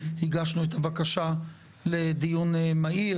הגשנו את הבקשה לדיון מהיר.